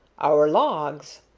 our logs!